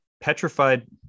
petrified